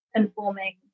informing